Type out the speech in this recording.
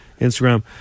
Instagram